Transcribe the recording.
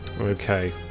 Okay